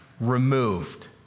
removed